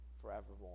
forevermore